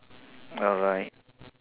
alright